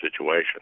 situation